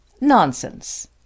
Nonsense